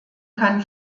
kann